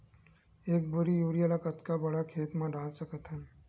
एक बोरी यूरिया ल कतका बड़ा खेत म डाल सकत हन?